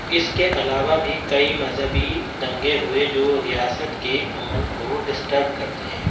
اس کے علاوہ بھی کئی مذہبی دنگے ہوئے جو ریاست کے امن کو ڈسٹرب کرتے ہیں